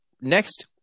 Next